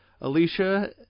Alicia